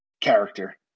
character